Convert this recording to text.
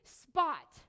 spot